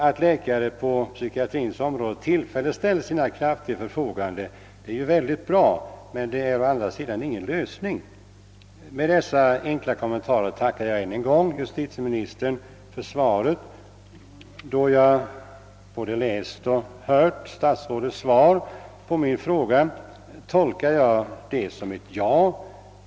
Att läkare på psykiatrins område tillfälligt ställer sina krafter till förfogande är mycket bra, men det är å andra sidan ingen lösning. Med dessa enkla kommentarer tackar jag än en gång justitieministern för svaret. Jag har både läst och hört statsrådets svar på min fråga och tolkar det som ett ja.